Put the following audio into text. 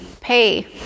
pay